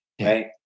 right